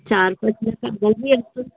charges